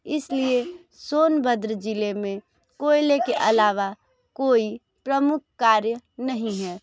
इसलिए सोनभद्र जिले में कोयले के अलावा कोई प्रमुख कार्य नहीं है